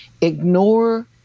ignore